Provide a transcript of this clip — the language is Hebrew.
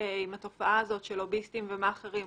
עם התופעה של לוביסטים ומאכערים